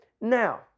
Now